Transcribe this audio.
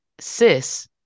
cis